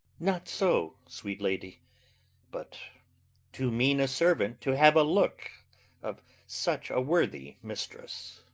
not so, sweet lady but too mean a servant to have a look of such a worthy mistress.